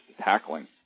tackling